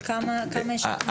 כמה יש ב-2021-2020?